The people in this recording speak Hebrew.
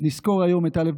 אז נזכור היום את א.